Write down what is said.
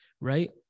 right